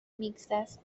mixtas